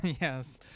Yes